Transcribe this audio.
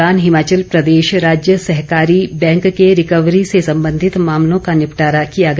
इस दौरान हिमाचल प्रदेश राज्य सहकारी बैंक के रिकवरी से संबंधित मामलों का निपटारा किया गया